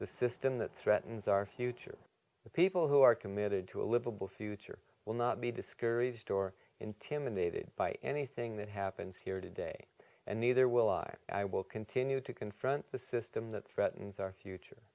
the system that threatens our future the people who are committed to a livable future will not be discouraged or intimidated by anything that happens here today and neither will i i will continue to confront the system that threatens our future